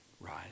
rise